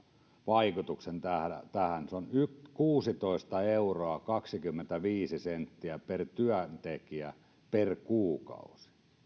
vaikutuksen läheiseen yritykseen se on kuusitoista euroa kaksikymmentäviisi senttiä per työntekijä per kuukausi tällä